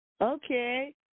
Okay